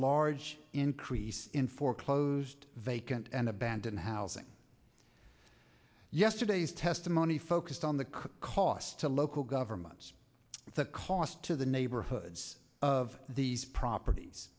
large increase in foreclosed vacant and abandoned housing yesterday's testimony focused on the cost to local governments the cost to the neighborhoods of these properties